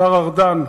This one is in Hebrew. השר ארדן,